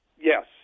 Yes